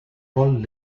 vol